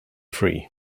free